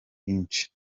bwinshi